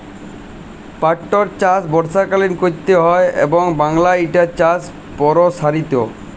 পাটটর চাষ বর্ষাকালীন ক্যরতে হয় এবং বাংলায় ইটার চাষ পরসারিত